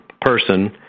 person